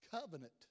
covenant